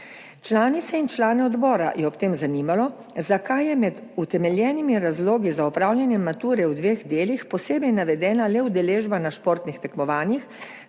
Članice in člane odbora je ob tem zanimalo, zakaj je med utemeljenimi razlogi za opravljanje mature v dveh delih posebej navedena le udeležba na športnih tekmovanjih,